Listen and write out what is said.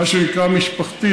מה שנקרא "משפחתית",